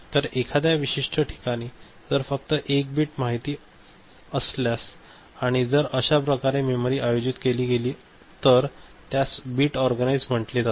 तर एखाद्या विशिष्ट ठिकाणी जर फक्त 1 बिट माहिती माहित असल्यास आणि जर अशाप्रकारे मेमरी आयोजित केली गेली तर त्यास बिट ऑर्गनाइज्ड म्हटले जाते